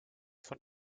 von